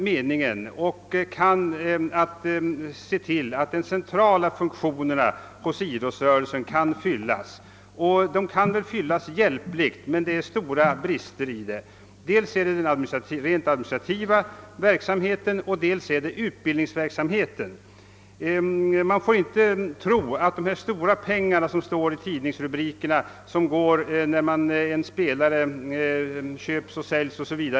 Meningen är att de centrala funktionerna hos idrottsrörelsen skall fyllas med statsanslaget. Så sker också, även om det föreligger stora brister här och var. Statsanslaget går dels till den rent administrativa verksamheten, dels till utbildning. Ingen skall tro att de stora pengar vid köp och försäljning av spelare, varom man kan läsa i tidningarna, är vanliga företeelser.